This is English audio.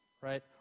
Right